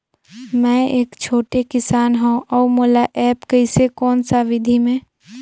मै एक छोटे किसान हव अउ मोला एप्प कइसे कोन सा विधी मे?